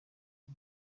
iri